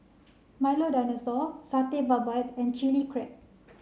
Milo Dinosaur Satay Babat and chili crab